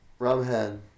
Rumhead